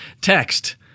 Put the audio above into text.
text